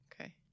Okay